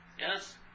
Yes